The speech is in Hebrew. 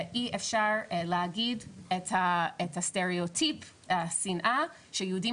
שאי אפשר להגיד את הסטראוטיפ לשנאה שיהודים